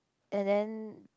and then